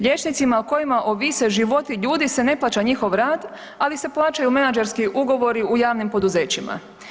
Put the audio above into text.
Liječnicima o kojima ovise životi ljudi se ne plaća njihov rad ali se plaćaju menadžerski ugovori u javnim poduzećima.